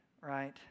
right